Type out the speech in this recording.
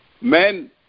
Men